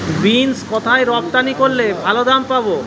Beans কোথায় রপ্তানি করলে ভালো দাম পাব?